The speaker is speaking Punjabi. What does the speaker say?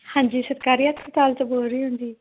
ਹਾਂਜੀ ਸਰਕਾਰੀ ਹਸਪਤਾਲ ਤੋਂ ਬੋਲ ਰਹੇ ਹੋ ਜੀ